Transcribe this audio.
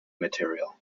material